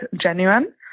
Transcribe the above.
genuine